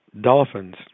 dolphins